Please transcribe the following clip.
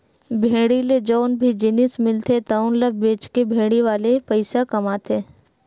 भेड़ी ले जउन भी जिनिस मिलथे तउन ल बेचके भेड़ी वाले पइसा कमाथे